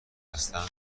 هستن